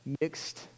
mixed